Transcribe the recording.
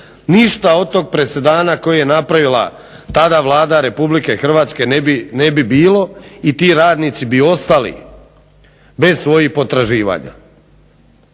ništa od tog presedana koji je napravila tada Vlada RH ne bi bilo i ti radnici bi ostali bez svojih potraživanja.